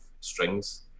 strings